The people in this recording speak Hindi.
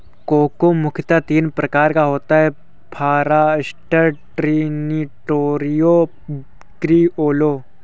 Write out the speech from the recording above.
कोको मुख्यतः तीन प्रकार का होता है फारास्टर, ट्रिनिटेरियो, क्रिओलो